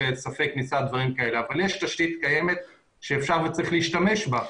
אבל יש תשתית קיימת שאפשר וצריך להשתמש בה.